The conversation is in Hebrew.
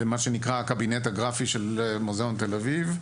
במה שנקרא, הקבינט הגרפי של מוזיאון תל אביב,